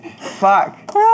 Fuck